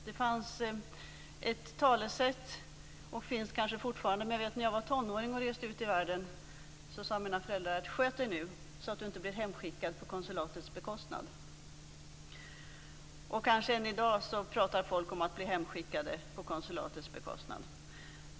Det fanns ett talesätt, och det finns kanske fortfarande, när jag var tonåring och reste ut i världen. Då sade mina föräldrar: Sköt dig nu, så att du inte blir hemskickad på konsulatets bekostnad. Kanske talar folk än i dag om att bli hemskickade på konsulatets bekostnad.